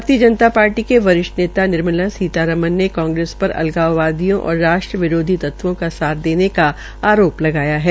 भारतीय जनता पार्टी के वरिष्ठ नेता निर्मला सीतारमन के कांग्रेस पर अलगावादियों और राष्ट्रविरोधियों तत्वों का साथ देने का आरोप लगाया है